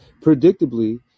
Predictably